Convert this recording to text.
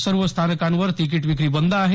सर्व स्थानकावर तिकिट विक्री बंद आहे